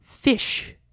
fish